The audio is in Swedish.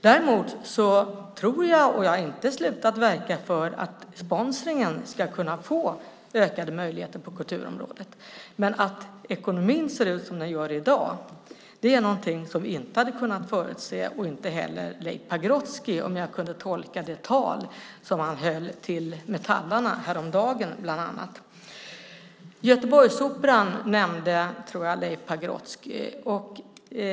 Däremot tror jag, och jag har inte slutat att verka för, att sponsringen ska kunna få ökade möjligheter på kulturområdet. Men att ekonomin ser ut som den gör i dag är någonting som vi inte hade kunnat förutse. Det hade inte heller Leif Pagrotsky kunnat, om jag kunde tolka det tal som han höll till Metallarna häromdagen. Leif Pagrotsky nämnde Göteborgsoperan.